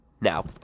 Now